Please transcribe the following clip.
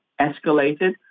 escalated